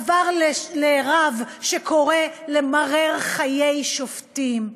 עבר לרב שקורא למרר חיי שופטים,